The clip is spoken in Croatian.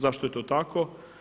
Zašto je to tako?